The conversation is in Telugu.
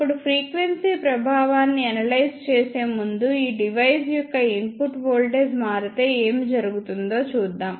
ఇప్పుడు ఫ్రీక్వెన్సీ ప్రభావాన్ని అనలైజ్ చేసే ముందు ఈ డివైస్ యొక్క ఇన్పుట్ వోల్టేజ్ మారితే ఏమి జరుగుతుందో చూద్దాం